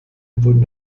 wurden